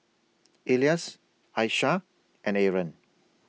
Elyas Aishah and Aaron